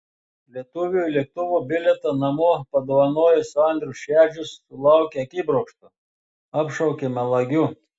lietuviui lėktuvo bilietą namo padovanojęs andrius šedžius sulaukė akibrokšto apšaukė melagiu